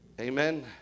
Amen